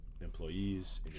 employees